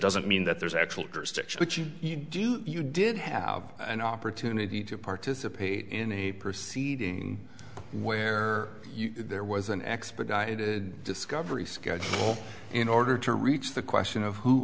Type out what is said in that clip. doesn't mean that there's actual but you do you did have an opportunity to participate in a proceed where there was an expedited discovery schedule in order to reach the question of who